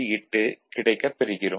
8 கிடைக்கப் பெறுகிறோம்